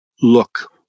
look